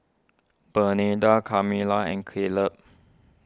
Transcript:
Bernardine Kamilah and Caleb